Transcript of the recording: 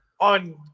on